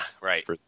right